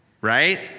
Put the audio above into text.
right